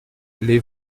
les